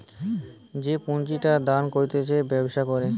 যে পুঁজিটা দাঁড় করতিছে ব্যবসা করে